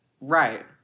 Right